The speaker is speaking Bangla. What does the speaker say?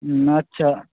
আচ্ছা